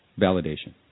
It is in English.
validation